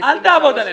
אל תעבוד עלינו.